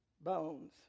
bones